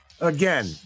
again